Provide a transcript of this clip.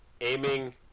aiming